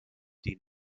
die